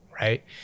right